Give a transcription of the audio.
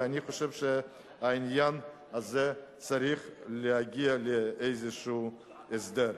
אני חושב שהעניין הזה צריך להגיע לאיזה הסדר.